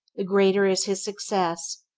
the greater is his success,